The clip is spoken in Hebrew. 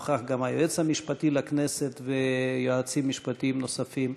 נוכח גם היועץ המשפטי לכנסת ויועצים משפטיים נוספים.